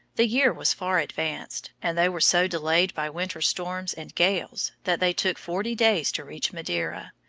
the year was far advanced, and they were so delayed by winter storms and gales that they took forty days to reach madeira,